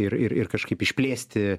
ir ir ir kažkaip išplėsti